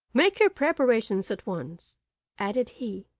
make your preparations at once added he,